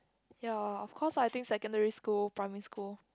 ya of course I think secondary school primary school